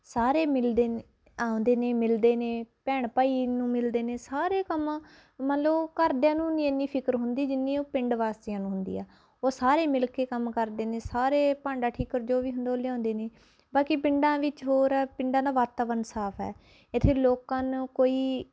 ਸਾਰੇ ਮਿਲਦੇ ਨੇ ਆਂਉਦੇ ਨੇ ਮਿਲਦੇ ਨੇ ਭੈਣ ਭਾਈ ਨੂੰ ਮਿਲਦੇ ਨੇ ਸਾਰੇ ਕੰਮ ਮੰਨ ਲਓ ਘਰਦਿਆਂ ਨੂੰ ਨਹੀਂ ਇੰਨੀ ਫਿਕਰ ਹੁੰਦੀ ਜਿੰਨੀ ਉਹ ਪਿੰਡ ਵਾਸੀਆਂ ਨੂੰ ਹੁੰਦੀ ਆ ਉਹ ਸਾਰੇ ਮਿਲ ਕੇ ਕੰਮ ਕਰਦੇ ਨੇ ਸਾਰੇ ਭਾਂਡਾ ਠੀਕਰ ਜੋ ਵੀ ਹੁੰਦਾ ਉਹ ਲਿਆਉਂਦੇ ਨੇ ਬਾਕੀ ਪਿੰਡਾਂ ਵਿੱਚ ਹੋਰ ਹੈ ਪਿੰਡਾਂ ਦਾ ਵਾਤਾਵਰਨ ਸਾਫ਼ ਹੈ ਇੱਥੇ ਲੋਕਾਂ ਨੂੰ ਕੋਈ